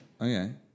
Okay